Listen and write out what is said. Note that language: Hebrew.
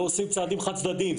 לא עושים צעדים חד צדדיים.